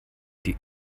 die